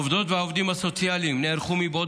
העובדות והעובדים הסוציאליים נערכו מבעוד